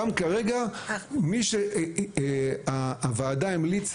שם כרגע, מי שהצוות המליץ